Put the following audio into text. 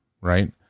right